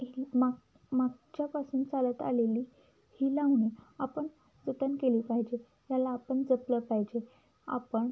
ही माग मागच्यापासून चालत आलेली ही लावणी आपण जतन केली पाहिजे याला आपण जपलं पाहिजे आपण